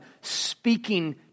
speaking